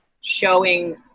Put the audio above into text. showing